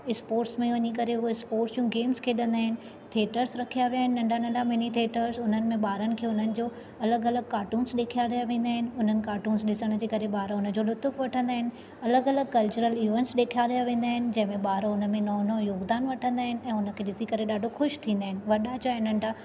sports में वञी करे उहा इस्पोट्स जूं गेम्स खेॾंदा आहिनि थेटर्स रखिया विया आहिनि नंढा नंढा मिनी थेटर्स हुननि में ॿारनि खे हुननि जो अलॻि अलॻि काटून्स ॾेखारिया वेंदा आहिनि उन्हनि काटून्स ॾिसण जे करे ॿार हुनजो लुतुफ़ वठंदा आहिनि अलॻि अलॻि कल्चरल इवैंट्स डेखारिया वेंदा आहिनि जंहिं में ॿार हुन में नओं नओं योॻदान वठंदा आहिनि ऐं हुनखे ॾिसी करे ॾाढो ख़ुशि थींदा आहिनि वॾा चाहे नंढा